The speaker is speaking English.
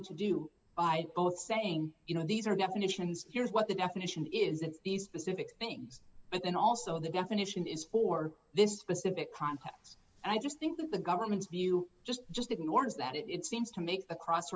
wanted to do i both saying you know these are definitions here's what the definition is it's these specific things and also the definition is for this specific contexts and i just think that the government's view just just ignores that it seems to make a cross